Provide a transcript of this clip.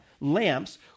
lamps